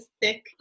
thick